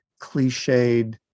cliched